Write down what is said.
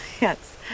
Yes